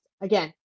again